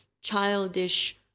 childish